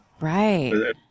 right